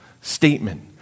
statement